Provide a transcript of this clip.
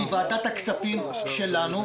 מוועדת הכספים שלנו,